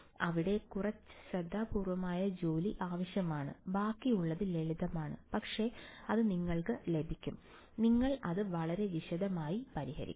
അതിനാൽ അവിടെ കുറച്ച് ശ്രദ്ധാപൂർവമായ ജോലി ആവശ്യമാണ് ബാക്കിയുള്ളത് ലളിതമാണ് പക്ഷേ അത് നിങ്ങൾക്ക് ലഭിക്കും നിങ്ങൾ അത് വളരെ വിശദമായി പരിഹരിക്കും